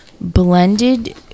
blended